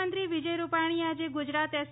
મુખ્યમંત્રી વિજય રૂપાણીએ આજે ગુજરાત એસ